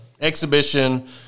exhibition